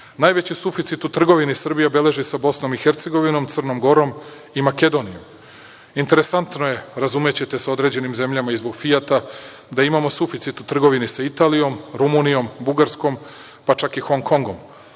godinu. Najveći suficit u trgovini Srbija beleži sa BIH, Crnom Gorom i Makedonijom. Interesantno je, razumećete sa određenim zemljama i zbog „Fijata“ da imamo suficit trgovine sa Italijom, Rumunijom, Bugarskom, pa čak i Hong Kongom.